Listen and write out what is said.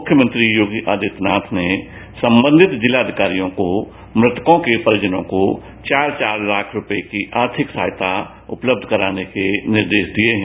मुख्यमंत्री योगी आदित्यनाथ ने संबंधित जिला अधिकारियों को मृतकों के परिजनों को चार चार लाख रुपए की आर्थिक सहायता तत्काल उपलब्ध कराने के निर्देश दिए हैं